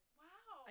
wow